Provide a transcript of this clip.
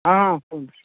ହଁ କୁହନ୍ତୁ